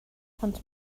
ond